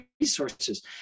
resources